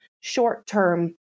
short-term